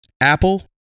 Apple